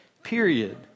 period